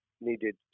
needed